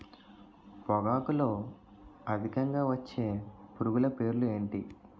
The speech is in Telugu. పొగాకులో అధికంగా వచ్చే పురుగుల పేర్లు ఏంటి